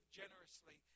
generously